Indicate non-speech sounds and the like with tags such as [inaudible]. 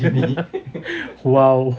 [laughs] !wow!